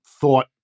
thought